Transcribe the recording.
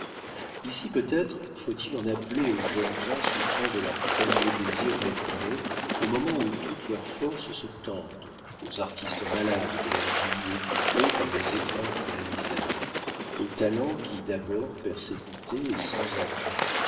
ici peut-être faut-il en appeler aux jeunes gens souffrant de leurs premiers désirs réprimés au moment où toutes leurs forces se tendent aux artistes malades de leur génie étouffé par les étreintes de la misère aux talents qui d'abord persécutés et sans appuis